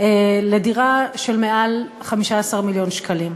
לדירה של מעל 15 מיליון שקלים.